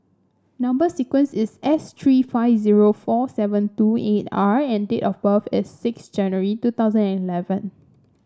number sequence is S three five zero four seven two eight R and date of birth is six January two thousand and eleven